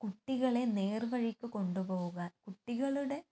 കുട്ടികളെ നേർവഴിക്ക് കൊണ്ട് പോകാൻ കുട്ടികളുടെ